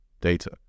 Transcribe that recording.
data